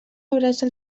abraça